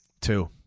Two